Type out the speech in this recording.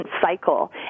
cycle